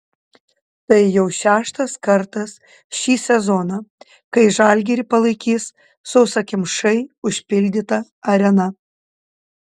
tai jau šeštas kartas šį sezoną kai žalgirį palaikys sausakimšai užpildyta arena